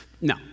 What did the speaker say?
No